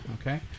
Okay